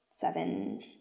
seven